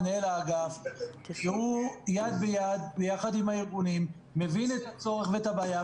מנהל האגף שהוא יד ביד ביחד עם הארגונים מבין את הצורך ואת הבעיה,